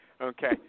Okay